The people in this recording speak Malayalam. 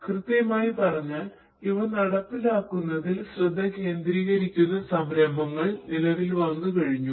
കൃത്യമായി പറഞ്ഞാൽ ഇവ നടപ്പിലാക്കുന്നതിൽ ശ്രദ്ധ കേന്ദ്രീകരിക്കുന്ന സംരംഭങ്ങൾ നിലവിൽ വന്നുകഴിഞ്ഞു